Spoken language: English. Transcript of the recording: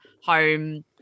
home